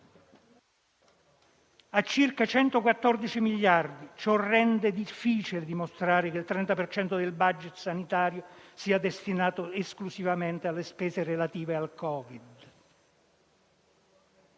a circa 114 miliardi. Ciò rende difficile dimostrare che il 30 per cento del *budget* sanitario sia destinato esclusivamente alle spese relative al Covid.